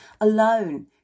alone